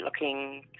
looking